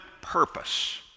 purpose